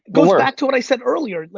goes back to what i said earlier, like,